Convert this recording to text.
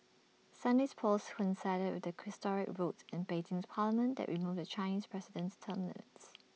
Sunday's polls coincided with the historic vote in Beijing's parliament that removed the Chinese president's term limits